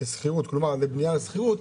לשכירות כלומר לבנייה לשכירות,